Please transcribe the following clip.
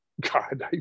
God